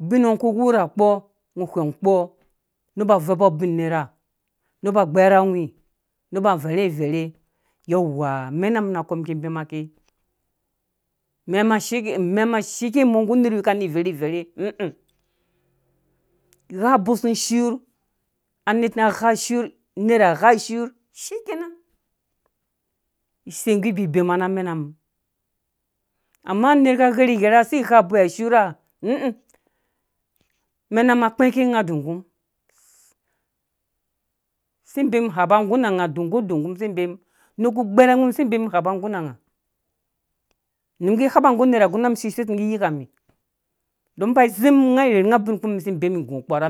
Abingɔ ku wurha kpɔ ngɔ whɛng kpɔ ne ba vɛupo ubin nerha nepa gbɛrɛ awhĩĩ neba verhi verhɛu yauwaaamɛna mum nakɔ mum ki bema mbo mɛma shiki mɛma shiko mɔ nggu nerhwi kani vɛrhi vɛrhe ĩĩ gha boi su mum shur anerh ma gha shur nerha gha shur shikena isei ngu bibsma na mɛnam amma nerh ka ghɛrhi ghɛra si nga boi a shta ĩĩ mɛnam a kpɛ̃ke na dungum si bee hapa nggu rha nga dungum dunguk si bee mum ner ku gbɛr awhii si bee mum hapa nggur rha nga nu mum ki hapa nggu nerha gɔma mi sisei sum ki yikam dom bai zĩm nga rherhu nga ubin kpi ki si bee nggu kpo rha